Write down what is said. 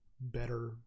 better